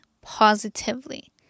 positively